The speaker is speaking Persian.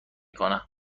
کنه